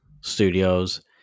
studios